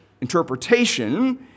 interpretation